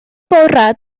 bore